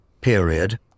period